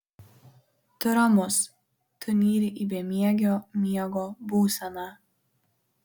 tu ramus tu nyri į bemiegio miego būseną